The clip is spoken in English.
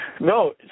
No